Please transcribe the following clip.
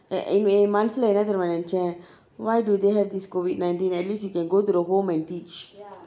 anyway மனசில என்ன தெரியுமா நினைத்தேன்:manasila enna theriyuma ninaithaen why do they have this COVID nineteen at least you can go to the home and teach